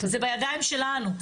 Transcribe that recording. וזה בידיים שלנו.